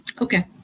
Okay